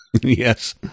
Yes